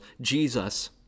Jesus